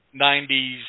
90s